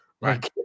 Right